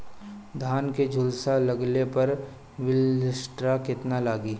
धान के झुलसा लगले पर विलेस्टरा कितना लागी?